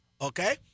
Okay